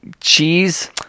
Cheese